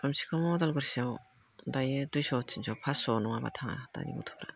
खमसेखम उदालगुरि सेराव दायो दुइस' थिनस' फासस' नङाबा थाङा दानि गथ'फ्रा